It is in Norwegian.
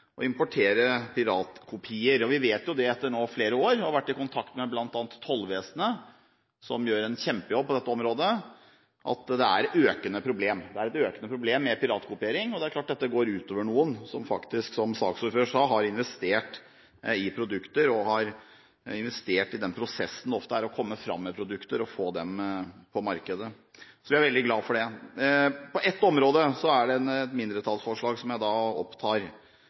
å importere piratkopier. Vi vet etter flere år og etter å ha vært i kontakt med bl.a. tollvesenet, som gjør en kjempejobb på dette området, at piratkopiering er et økende problem. Dette går ut over dem som – som saksordføreren sa – har investert i produkter og i den prosessen det ofte er å komme fram til produkter og få dem ut på markedet. Så vi er veldig glad for disse lovforslagene. På ett område er det et mindretallsforslag fra Fremskrittspartiet – som jeg